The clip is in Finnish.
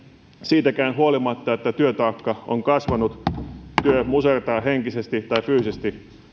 siitäkään huolimatta että työtaakka on kasvanut ja työ musertaa henkisesti tai fyysisesti